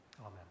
Amen